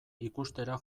ikustera